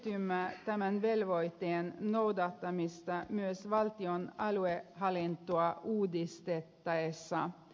edellytämme tämän velvoitteen noudattamista myös valtion aluehallintoa uudistettaessa